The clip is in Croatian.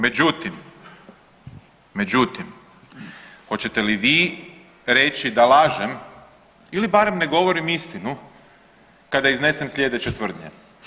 Međutim, međutim hoćete li vi reći da lažem ili barem ne govorim istinu kada iznesem slijedeće tvrdnje.